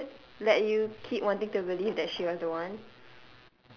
is it that you keep wanting to believe that she was the one